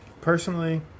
personally